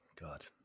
god